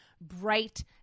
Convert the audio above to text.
bright